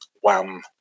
Wham